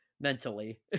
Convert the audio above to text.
mentally